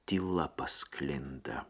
tyla pasklinda